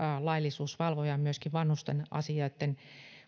laillisuusvalvojan myöskin vanhusten asioitten